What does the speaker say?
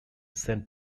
saint